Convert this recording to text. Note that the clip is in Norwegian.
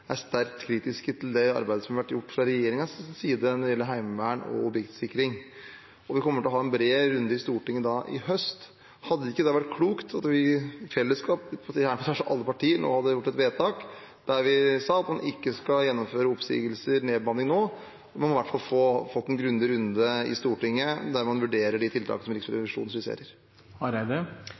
er sterkt kritiske til det arbeidet som har vært gjort fra regjeringens side når det gjelder Heimevernet og objektsikring. Og vi kommer til å ha en bred runde i Stortinget i høst. Hadde det ikke da vært klokt at vi i fellesskap, gjerne alle partier, hadde gjort et vedtak der vi sa at man ikke skal gjennomføre oppsigelser og nedbemanning nå? Man måtte i hvert fall fått en grundig runde i Stortinget der man vurderer de tiltak som Riksrevisjonen